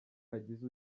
hagize